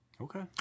Okay